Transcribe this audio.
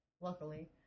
luckily